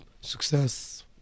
success